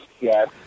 Yes